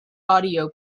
audio